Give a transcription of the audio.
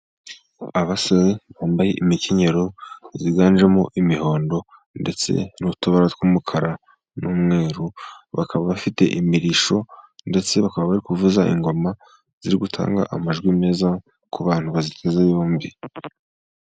Abasore bambaye imikenyero yiganjemo imihondo , ndetse n'utubara tw'umukara n'umweru ,bakaba bafite imirishyo, ndetse bakaba bari kuvuza ingoma ziri gutanga amajwi meza ku bantu bazite yombi.